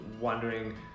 wondering